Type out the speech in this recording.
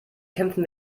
kämpfen